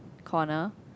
corner